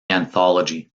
anthology